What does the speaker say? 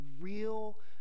real